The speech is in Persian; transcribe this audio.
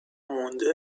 مونده